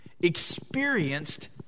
...experienced